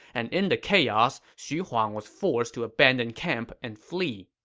and in the chaos, xu huang was forced to abandon camp and flee.